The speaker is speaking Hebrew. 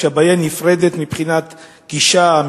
והבעיה נפרדת מבחינת גישה,